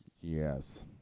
Yes